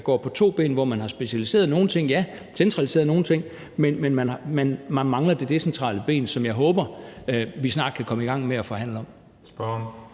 der går på to ben, og hvor man har specialiseret nogle ting, ja, og centraliseret nogle ting. Men man mangler det decentrale ben, som jeg håber, vi snart kan komme i gang med at forhandle om.